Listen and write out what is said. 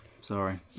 Sorry